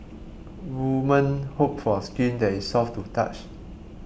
women hope for skin that is soft to touch